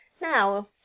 Now